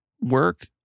work